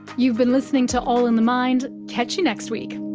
you've been listening to all in the mind, catch you next week